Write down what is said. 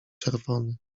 czerwony